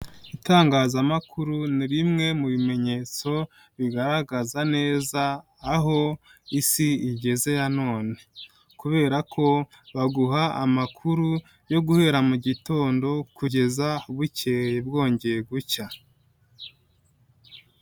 Itangazamakuru ni rimwe mu bimenyetso bigaragaza neza aho Isi igeze ya none kubera ko baguha amakuru yo guhera mu gitondo kugeza bukeye bwongeye gucya.